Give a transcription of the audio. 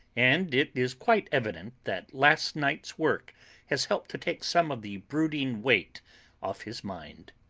and it is quite evident that last night's work has helped to take some of the brooding weight off his mind.